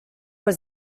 was